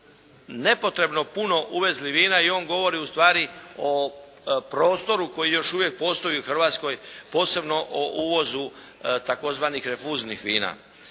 nepotrebno puno uvezli vina i on govori ustvari o prostoru koji još uvijek postoji u Hrvatskoj posebno o uvozu tzv. rinfuznih vina.